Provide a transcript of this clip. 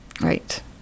Right